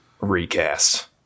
recast